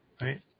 right